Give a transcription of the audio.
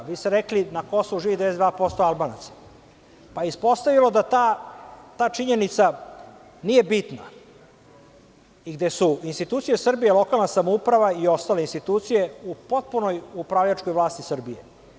Rekli ste da na Kosovu živi 92% Albanaca pa se ispostavilo da ta činjenica nije bitna, gde su institucije Srbije, lokalna samouprava i ostale institucije u potpunoj upravljačkoj vlasti Srbije.